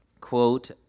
quote